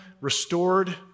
restored